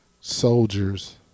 soldiers